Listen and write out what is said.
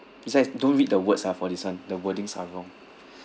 this one is don't read the words ah for this [one] the wordings are wrong